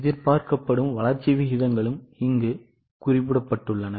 எதிர்பார்க்கப்படும் வளர்ச்சி விகிதங்களும் குறிப்பிடப்பட்டுள்ளன